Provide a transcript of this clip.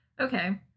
okay